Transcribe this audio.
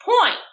point